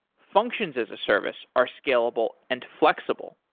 functions as a service are scalable and flexible.